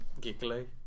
giggly